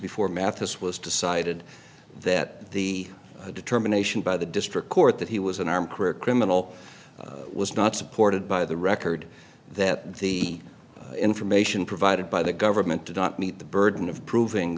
before mathis was decided that the determination by the district court that he was unarmed career criminal was not supported by the record that the information provided by the government did not meet the burden of proving